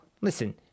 Listen